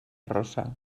rossa